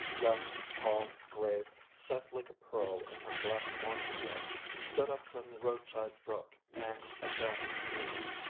young, tall, grave, set like a pearl in her black mourning dress, stood up from the roadside brook and advanced to meet him.